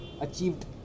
achieved